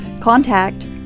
contact